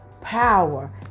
power